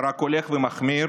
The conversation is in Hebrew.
רק הולך ומחמיר,